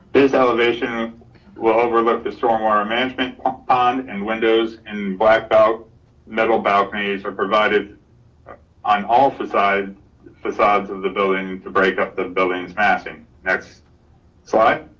this elevation will overlook the stormwater management on and windows in blackbelt metal balconies are provided on all facades facades of the building to break up the buildings massing. next slide.